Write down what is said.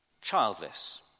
childless